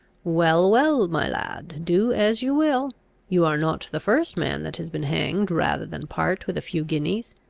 well, well, my lad, do as you will you are not the first man that has been hanged rather than part with a few guineas.